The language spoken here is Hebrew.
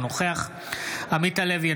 אינו נוכח עמית הלוי,